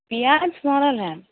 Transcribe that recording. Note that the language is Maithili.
पिआज सँड़ल हए